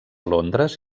londres